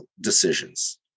decisions